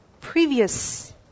previous